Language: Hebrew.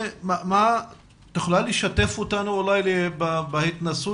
את יכולה לשתף אותנו אולי בהתנסות